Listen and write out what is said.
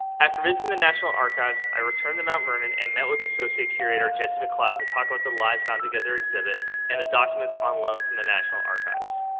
after visiting the national archives, i returned to mount vernon and met with associate curator, jessie mcleod, to talk about the lives bound together exhibit and the documents on loan from the national archives.